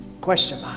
question